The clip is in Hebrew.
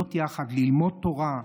להיות יחד, ללמוד תורה,